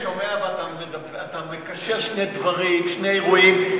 אני שומע, ואתה מקשר שני דברים, שני אירועים.